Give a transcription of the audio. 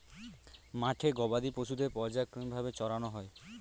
মাঠে গবাদি পশুদের পর্যায়ক্রমিক ভাবে চরানো হয়